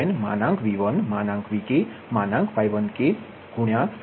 P1k1nV1VkY1kcos1k 1k